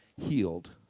healed